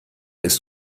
ist